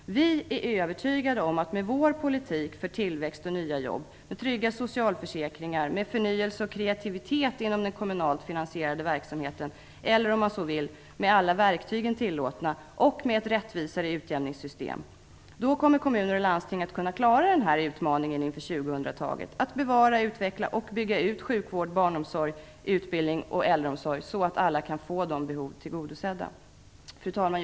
Vi är övertygade om att med vår politik för tillväxt och nya jobb, med trygga socialförsäkringar, med förnyelse och kreativitet inom den kommunalt finansierade verksamheten eller om man så vill, med alla verktygen tillåtna och med ett rättvisare utjämningssystem, kommer kommuner och landsting att kunna klara den här utmaningen inför 2000-talet. Det gäller utmaningen att bevara, utveckla och bygga ut sjukvård, barnomsorg, utbildning och äldreomsorg så att alla kan få de behoven tillgodosedda. Fru talman!